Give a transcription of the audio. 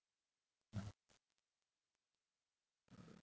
ah